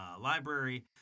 library